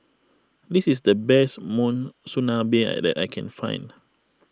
this is the best Monsunabe that I can find